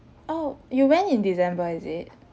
oh you went in december is it